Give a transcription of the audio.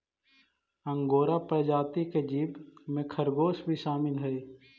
angora प्रजाति के जीव में खरगोश भी शामिल हई